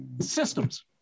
systems